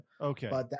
Okay